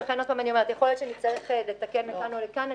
ולכן אני אומרת שיכול להיות שנצטרך לתקן לכאן או לכאן,